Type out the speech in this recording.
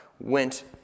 went